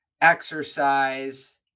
exercise